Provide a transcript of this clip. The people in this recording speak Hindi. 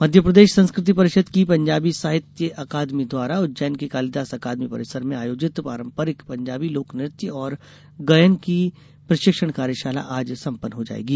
कार्यशाला मध्यप्रदेश संस्कृति परिषद की पंजाबी साहित्य अकादमी द्वारा उज्जैन के कालिदास अकादमी परिसर में आयोजित पारम्परिक पंजाबी लोक नृत्य और गायन की प्रशिक्षण कार्यशाला आज संपन्न हो जाएगी